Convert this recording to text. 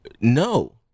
No